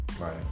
Right